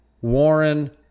Warren